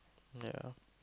ya